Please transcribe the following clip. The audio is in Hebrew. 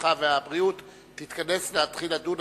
הרווחה והבריאות תתכנס להתחיל לדון.